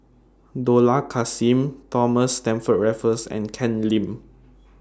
Dollah Kassim Thomas Stamford Raffles and Ken Lim